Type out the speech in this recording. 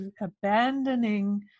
abandoning